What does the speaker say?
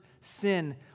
sin